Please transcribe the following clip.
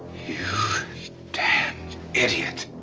you damned idiot!